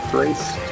Grace